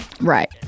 Right